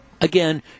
again